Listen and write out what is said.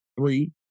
Three